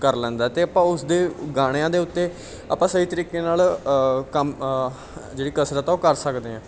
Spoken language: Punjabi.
ਕਰ ਲੈਂਦਾ ਅਤੇ ਆਪਾਂ ਉਸ ਦੇ ਗਾਣਿਆਂ ਦੇ ਉੱਤੇ ਆਪਾਂ ਸਹੀ ਤਰੀਕੇ ਨਾਲ ਕੰਮ ਜਿਹੜੀ ਕਸਰਤ ਆ ਉਹ ਕਰ ਸਕਦੇ ਹਾਂ